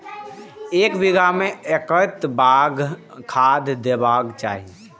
एक बिघा में कतेक खाघ देबाक चाही?